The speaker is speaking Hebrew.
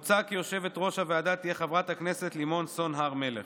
מוצע כי יושבת-ראש הוועדה תהיה חברת הכנסת לימור סון הר מלך.